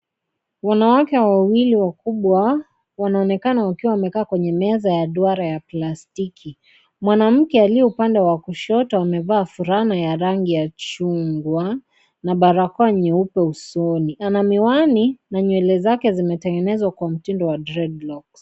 Wanawake wawili wakubwa wanaonekana wakiwa wamekaa kenye meza ya duara ya plastiki. Wanamuke aliye upande wa kushoto amevaa fulana ya rangi ya chungwa na barakoa nyeupe usoni. Ana miwani na nywele zake zimetengenezwa kwa mtindo wa (cs) dreadlocks (cs).